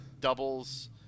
doubles